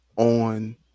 On